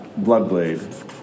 Bloodblade